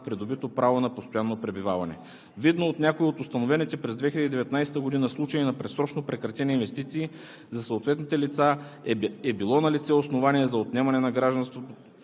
придобито право на постоянно пребиваване. Видно от някои от установените през 2019 г. случаи на предсрочно прекратени инвестиции за съответните лица е било налице основание за отнемане на гражданственото